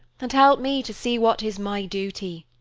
and help me to see what is my duty.